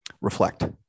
reflect